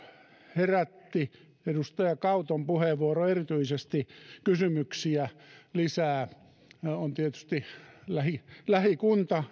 herätti erityisesti edustaja kauton puheenvuoro lisää kysymyksiä äänekosken kaupunki on tietysti lähikuntani